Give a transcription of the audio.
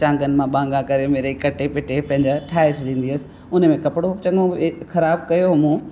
चाङनि मां ॿाङा मिड़ई कटे पिटे पंहिंजा ठाहे छॾींदी हुअसि उन में कपिड़ो बि चङो ख़राब कयो मूं